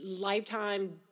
lifetime